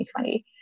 2020